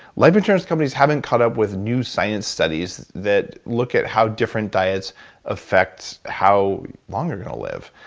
life insurance companies haven't caught up with new science studies that look at how different diets affect how long you're gonna live.